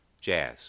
jazz